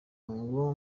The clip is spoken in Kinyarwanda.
ngo